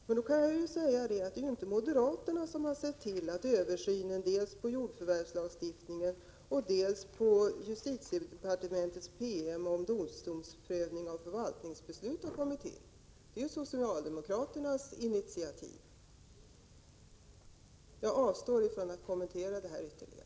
Men det är ju inte moderaterna som har sett till, att översynen av jordförvärvslagstiftningen och justitiedepartementets PM om domstolsprövning av förvaltningsbeslut har kommit till; det är socialdemokraternas initiativ. Jag avstår från att kommentera detta ytterligare.